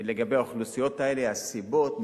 לגבי האוכלוסיות האלה: הסיבות,